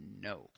No